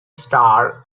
star